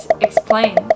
Explain